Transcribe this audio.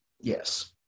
yes